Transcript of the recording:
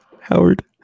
Howard